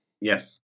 Yes